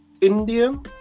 Indian